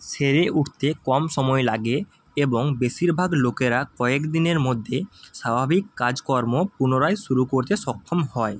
সেরে উঠতে কম সময় লাগে এবং বেশিরভাগ লোকেরা কয়েক দিনের মধ্যে স্বাভাবিক কাজকর্ম পুনরায় শুরু করতে সক্ষম হয়